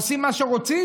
עושים מה שרוצים?